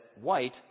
White